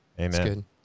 Amen